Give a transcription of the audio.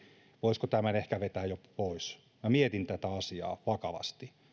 voisiko tämän ehkä vetää jo pois minä mietin tätä asiaa vakavasti